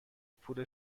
پول